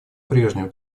прежнему